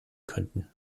könnten